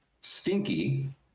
stinky